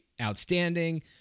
outstanding